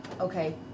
Okay